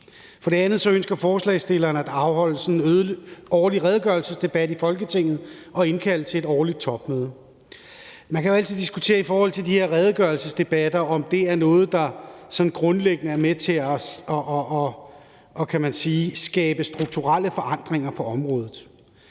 For det andet ønsker forslagsstillerne, at der afholdes en årlig redegørelsesdebat i Folketinget og indkaldes til et årligt topmøde. Man kan jo altid diskutere i forhold til de her redegørelsesdebatter, om det er noget, der sådan grundlæggende er med til at skabe strukturelle forandringer på området,